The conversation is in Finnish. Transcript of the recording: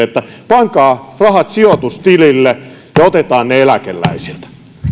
että pankaa rahat sijoitustilille ja otetaan ne eläkeläisiltä